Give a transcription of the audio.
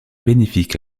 bénéfique